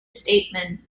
statement